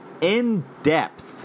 in-depth